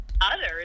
others